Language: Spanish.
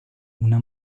una